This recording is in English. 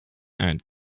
and